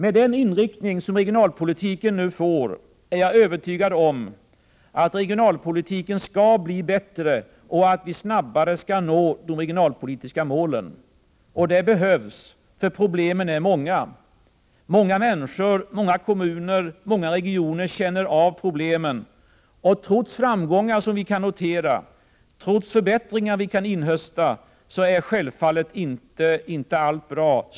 Med den inriktning som regionalpolitiken nu får är jag övertygad om att regionalpolitiken skall bli bättre och att vi snabbare skall nå de regionalpolitiska målen. Det behövs, för problemen är många. Många människor, många kommuner och många regioner känner av problemen — och trots framgångar som vi kan notera, trots förbättringar som vi kan inhösta, är självfallet inte allt bra.